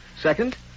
Second